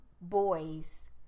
boys